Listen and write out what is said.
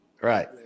Right